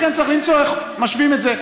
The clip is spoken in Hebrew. לכן, צריך למצוא איך משווים את זה,